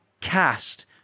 Cast